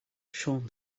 siôn